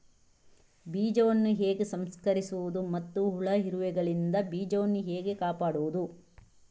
ಬೀಜವನ್ನು ಹೇಗೆ ಸಂಸ್ಕರಿಸುವುದು ಮತ್ತು ಹುಳ, ಇರುವೆಗಳಿಂದ ಬೀಜವನ್ನು ಹೇಗೆ ಕಾಪಾಡುವುದು?